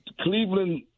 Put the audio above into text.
Cleveland